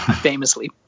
Famously